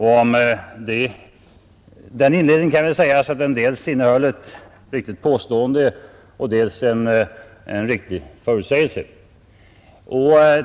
Om den inledningen kan sägas att den dels innehöll ett riktigt påstående och dels en riktig förutsägelse.